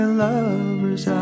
lover's